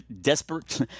desperate